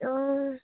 অঁ